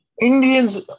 Indians